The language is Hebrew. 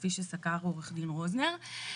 כפי שסקר עו"ד רוזנר,